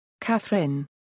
Catherine